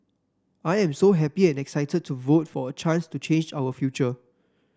I am so happy and excited to vote for a chance to change our future